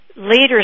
leaders